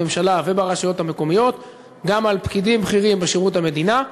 בממשלה וברשויות המקומיות גם על פקידים בכירים בשירות המדינה.